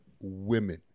women